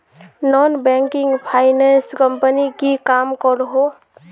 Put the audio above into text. Non banking finance company की काम करोहो?